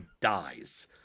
dies